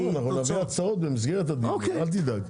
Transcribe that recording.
לא, אנחנו נביא הצעות במסגרת הדיון, אל תדאג.